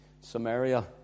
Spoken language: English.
Samaria